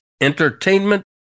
Entertainment